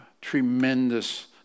tremendous